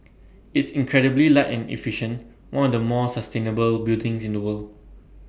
it's incredibly light and efficient one of the more sustainable buildings in the world